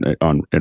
on